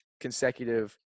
consecutive